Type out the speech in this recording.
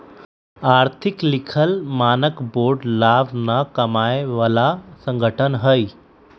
आर्थिक लिखल मानक बोर्ड लाभ न कमाय बला संगठन हइ